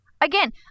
Again